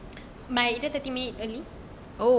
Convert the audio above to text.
by either thirty minute early